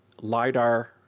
LiDAR